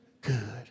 good